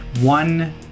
one